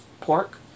pork